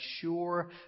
sure